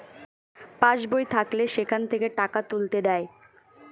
pass বই থাকলে সেখান থেকে টাকা তুলতে দেয়